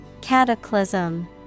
Cataclysm